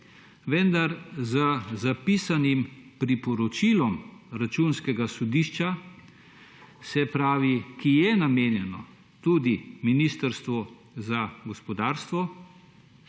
Vendar je v zapisanem priporočilu Računskega sodišča, ki je namenjeno tudi ministrstvu za gospodarstvo,